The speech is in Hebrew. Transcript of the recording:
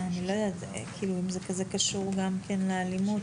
אני לא יודעת אם זה קשור גם כן לאלימות.